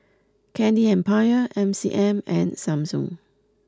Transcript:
Candy Empire M C M and Samsung